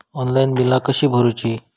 Online बिला कशी भरूची?